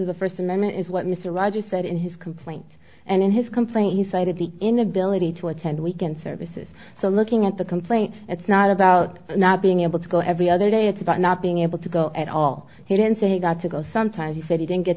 of the first amendment is what mr rogers said in his complaint and in his complaint he cited the inability to attend a week and services so looking at the complaint it's not about not being able to go every other day it's about not being able to go at all he didn't say he got to go sometime he said he didn't get